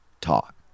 talk